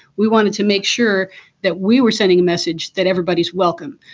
we wanted to make sure that we were sending a message that everybody's welcome.